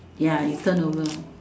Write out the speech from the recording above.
ya you turn over